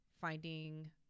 finding